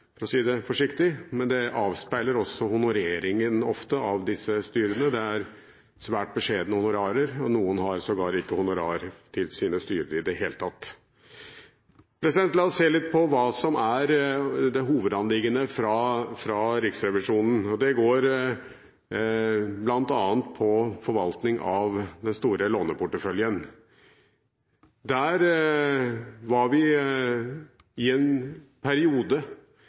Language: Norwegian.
for å si det forsiktig, men det avspeiler også ofte honoreringen av disse styrene – det er svært beskjedne honorarer, og noen har sågar ikke honorar til sine styrer i det hele tatt. La oss se litt på hva som er hovedanliggende for Riksrevisjonen. Det går bl.a. på forvaltning av den store låneporteføljen. Vi var i en periode